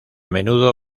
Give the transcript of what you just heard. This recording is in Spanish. menudo